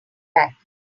back